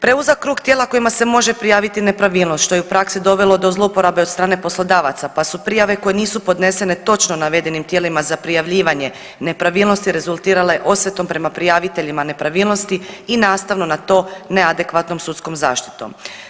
Preuzak krug tijela kojima se može prijaviti nepravilnost što je u praksi dovelo do zlouporabe od strane poslodavaca pa su prijave koje nisu podnesene točno navedenim tijelima za prijavljivanje nepravilnosti rezultirale osvetom prema prijaviteljima nepravilnosti i nastavno na to neadekvatnom sudskom zaštitom.